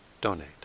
donate